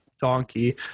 donkey